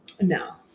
No